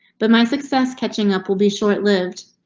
but my success catching up will be short lived.